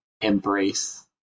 embrace